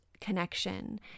connection